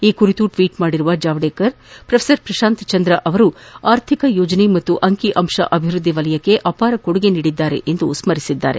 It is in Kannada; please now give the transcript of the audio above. ಈ ಬಗ್ಗೆ ಟ್ವೀಟ್ ಮಾದಿರುವ ಜಾವಡೇಕರ್ ಪ್ರೊಫೆಸರ್ ಪ್ರಶಾಂತ್ ಚಂದ್ರ ಅವರು ಆರ್ಥಿಕ ಯೋಜನೆ ಮತ್ತು ಅಂಕಿಅಂಶ ಅಭಿವೃದ್ದಿ ಕ್ಷೇತ್ರಕ್ಕೆ ಅಪಾರ ಕೊಡುಗೆ ನೀಡಿದ್ದಾರೆ ಎಂದು ಸ್ಮರಿಸಿದ್ದಾರೆ